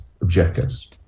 objectives